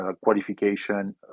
qualification